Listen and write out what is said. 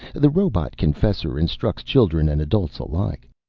the robot-confessor instructs children and adults alike.